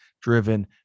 Driven